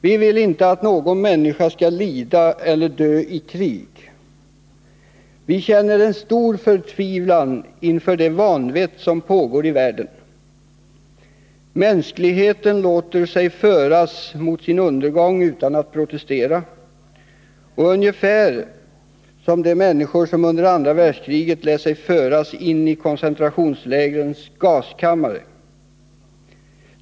Vi vill inte att någon människa skall lida eller dö i krig. Vi känner en stor förtvivlan inför det vanvett som pågår i världen. Mänskligheten låter sig föras mot sin undergång utan att protestera, ungefär som de människor som under andra världskriget lät sig föras in i koncentrationslägernas gaskammare.